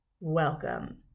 Welcome